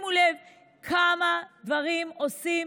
שימו לב כמה דברים עושים